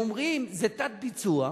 הם אומרים: זה תת-ביצוע,